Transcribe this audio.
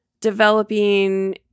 developing